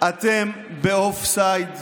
אתם באופסייד,